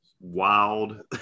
wild